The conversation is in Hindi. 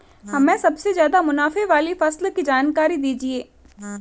हमें सबसे ज़्यादा मुनाफे वाली फसल की जानकारी दीजिए